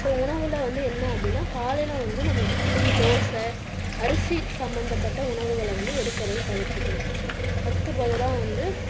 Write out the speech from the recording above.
அப்புறம் உணவில் வந்து என்ன அப்படீன்னா காலையில் வந்து நம்ம இட்லி தோசை அரிசி சம்மந்தப்பட்ட உணவுகளை வந்து எடுக்கிறத தவிர்த்துக்கணும் அதுக்கு பதிலாக வந்து